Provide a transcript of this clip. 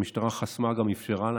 והמשטרה חסמה וגם אפשרה להם,